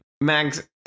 max